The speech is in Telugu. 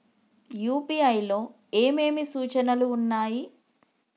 యూ.పీ.ఐ లో ఏమేమి సూచనలు ఉన్నాయి?